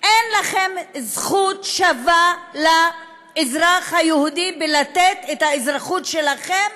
אין לכם זכות שווה לאזרח היהודי לקבל את האזרחות שלכם